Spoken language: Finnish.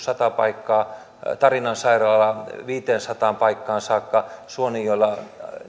sata paikkaa tarinan sairaala viiteensataan paikkaan saakka suonenjoella